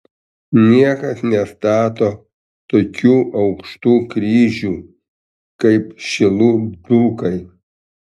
niekas nestato tokių aukštų kryžių kaip šilų dzūkai